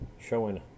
Showing